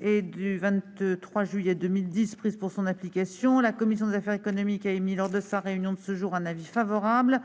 du 23 juillet 2010 prise pour son application, la commission des affaires économiques a émis, lors de sa réunion de ce jour, un avis favorable,